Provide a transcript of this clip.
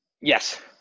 Yes